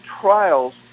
trials